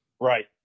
Right